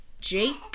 Jacob